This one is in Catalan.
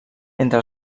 entre